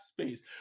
space